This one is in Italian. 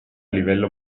livello